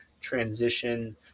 transition